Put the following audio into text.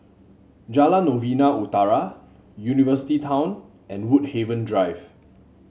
Jalan Novena Utara University Town and Woodhaven Drive